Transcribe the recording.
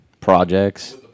projects